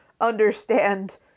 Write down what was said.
understand